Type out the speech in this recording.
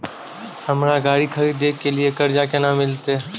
हमरा गाड़ी खरदे के लिए कर्जा केना मिलते?